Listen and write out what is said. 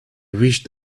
wished